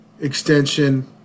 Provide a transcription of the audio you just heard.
extension